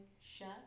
shut